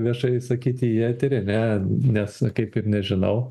viešai sakyti į eterį ane nes kaip ir nežinau